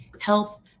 health